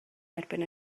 erbyn